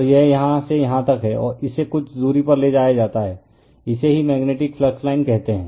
और यह यहाँ से यहाँ तक है इसे कुछ दूरी पर ले जाया जाता है इसे ही मेग्नेटिक फ्लक्स लाइन कहते हैं